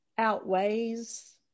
outweighs